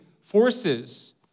forces